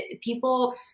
people